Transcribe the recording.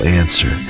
answer